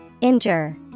Injure